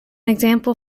example